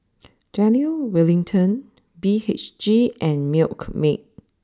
Daniel Wellington B H G and Milkmaid